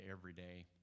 everyday